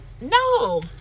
no